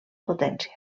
potència